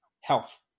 health